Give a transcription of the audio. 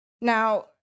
Now